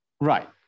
Right